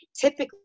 typically